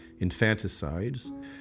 infanticides